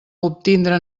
obtindre